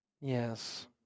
Yes